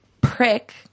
prick